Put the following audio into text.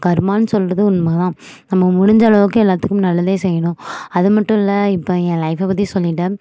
கர்மான்னு சொல்லுறது உண்மை தான் நம்ம முடிஞ்ச அளவுக்கு எல்லாத்துக்கும் நல்லதே செய்யணும் அது மட்டும் இல்லை இப்போ ஏன் லைஃபை பற்றி சொல்லிவிட்டேன்